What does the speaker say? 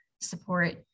support